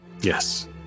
Yes